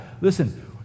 Listen